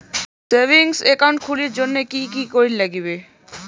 Savings account খুলির জন্যে কি কি করির নাগিবে?